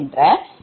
5 0